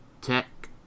tech